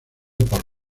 por